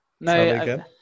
No